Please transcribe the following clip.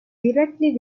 directly